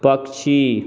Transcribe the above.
पक्षी